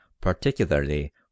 particularly